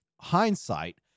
hindsight